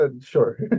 sure